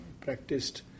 practiced